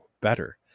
better